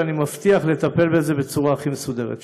ואני מבטיח לטפל בזה בצורה הכי מסודרת שיש.